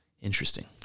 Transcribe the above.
Interesting